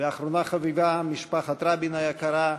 ואחרונה חביבה, משפחת רבין היקרה,